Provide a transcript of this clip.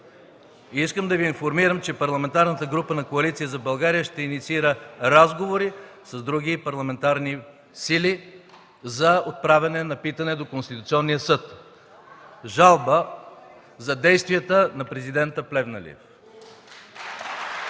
Искам да Ви информирам, че Парламентарната група на Коалиция за България ще инициира разговори с други парламентарни сили за отправяне на питане до Конституционния съд – жалба за действията на президента Плевнелиев.